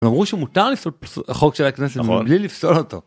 אמרו שמותר ל... חוק של הכנסת מבלי לפסול אותו.